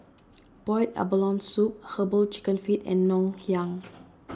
Boiled Abalone Soup Herbal Chicken Feet and Ngoh Hiang